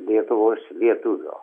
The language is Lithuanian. lietuvos lietuvio